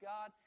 God